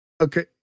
Okay